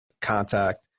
contact